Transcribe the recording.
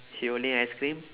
he holding ice cream